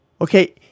Okay